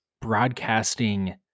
broadcasting